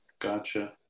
gotcha